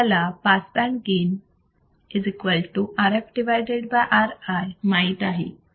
आपल्याला band pass gain RfRi माहित आहे